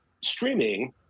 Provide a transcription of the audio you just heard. streaming